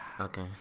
Okay